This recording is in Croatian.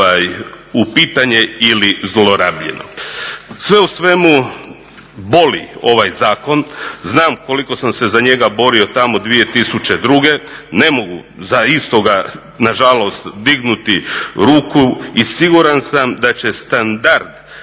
u pitanje ili zlorabljeno. Sve u svemu boli ovaj zakon. Znam koliko sam se za njega borio tamo 2002., ne mogu za istoga nažalost dignuti ruku i siguran sam da će standard